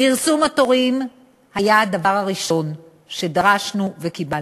פרסום התורים היה דבר הראשון שדרשנו וקיבלנו,